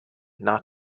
not